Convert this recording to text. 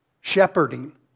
shepherding